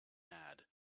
mad